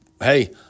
hey